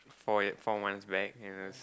four four months back